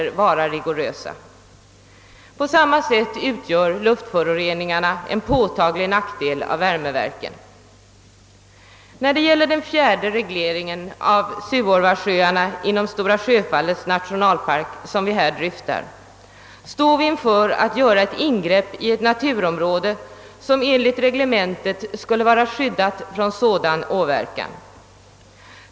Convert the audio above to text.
På samma sätt utgör luftföroreningarna en påtaglig nackdel med värmeverken. park, som vi här dryftar, utgör ett ingrepp i ett naturområde som enligt reglementet skall vara skyddat från sådan åverkan.